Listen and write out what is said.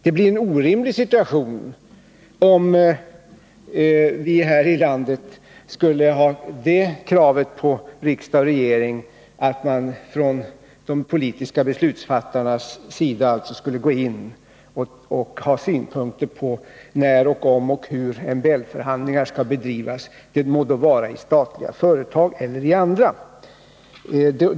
Det blir en orimlig situation om riksdag och regering, alltså de politiska beslutsfattarna, skulle komma och anföra synpunkter på när, om och hur MBL-förhandlingarna skall bedrivas — det må sedan gälla statliga företag eller andra.